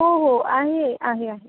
हो हो आहे आहे आहे